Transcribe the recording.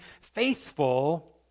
faithful